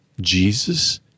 Jesus